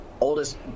oldest